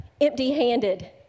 empty-handed